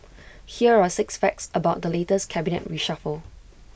here are six facts about the latest cabinet reshuffle